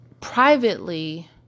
privately